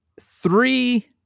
three